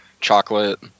chocolate